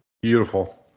Beautiful